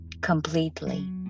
completely